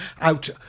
out